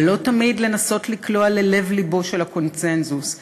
ולא תמיד לנסות לקלוע ללב-לבו של הקונסנזוס,